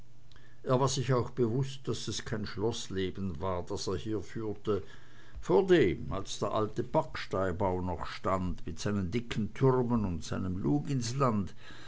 er war sich auch bewußt daß es kein schloßleben war das er führte vordem als der alte backsteinbau noch stand mit seinen dicken türmen und seinem luginsland von